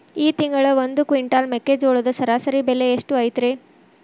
ಈ ತಿಂಗಳ ಒಂದು ಕ್ವಿಂಟಾಲ್ ಮೆಕ್ಕೆಜೋಳದ ಸರಾಸರಿ ಬೆಲೆ ಎಷ್ಟು ಐತರೇ?